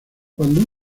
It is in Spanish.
cuando